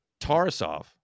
Tarasov